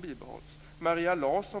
bibehålls.